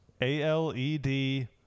a-l-e-d